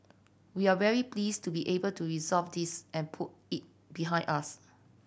we're very pleased to be able to resolve this and put it behind us